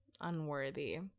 unworthy